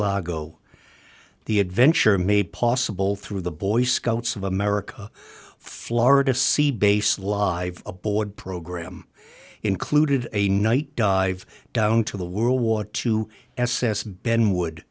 largo the adventure made possible through the boy scouts of america florida sea bass live aboard program included a night dive down to the world war two s s benwo